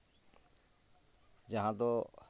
ᱡᱟᱦᱟᱸ ᱫᱚ